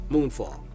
Moonfall